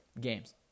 games